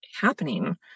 happening